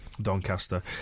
Doncaster